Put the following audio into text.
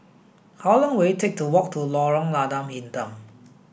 how long will it take to walk to Lorong Lada Hitam